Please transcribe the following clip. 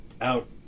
out